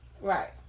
Right